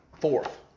fourth